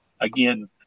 again